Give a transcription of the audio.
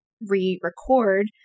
re-record